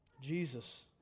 Jesus